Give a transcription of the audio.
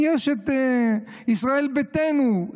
יש את ישראל ביתנו.